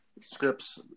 scripts